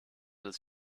des